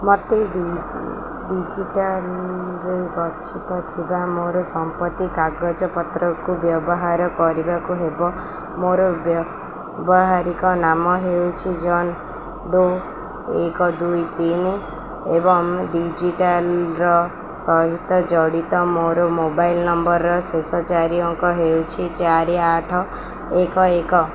ମୋତେ ଡିଜିଟାଲ୍ରେ ଗଚ୍ଛିତ ଥିବା ମୋର ସମ୍ପତ୍ତି କାଗଜପତ୍ରକୁ ବ୍ୟବହାର କରିବାକୁ ହେବ ମୋର ବ୍ୟବହାରିକ ନାମ ହେଉଛି ଜନଡ଼ୋ ଏକ ଦୁଇ ଏବଂ ଡିଜିଟାଲ୍ର ସହିତ ଜଡ଼ିତ ମୋର ମୋବାଇଲ ନମ୍ବରର ଶେଷ ଚାରି ଅଙ୍କ ହେଉଛି ଚାରି ଆଠ ଏକ ଏକ